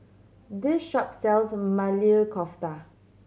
this shop sells Maili Kofta